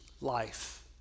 life